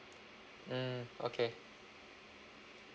mm okay